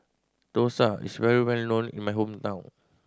dosa is well known in my hometown